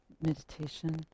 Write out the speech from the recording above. meditation